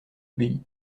obéit